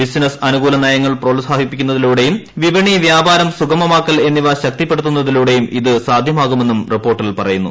ബിസിനസ്റ്റ് അനുകൂല നയങ്ങൾ പ്രോത്സാഹിപ്പിക്കുന്നതിലൂടെയും വിപണി വ്യാപാരം സുഗമമാക്കൽ എന്നിവ ശക്തിപ്പെടുത്തുന്നതിലൂടെയും ഇതു സാധ്യമാകുമെന്നും റിപ്പോർട്ടിൽ പറയുന്നു